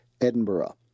Edinburgh